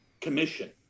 commission